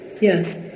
Yes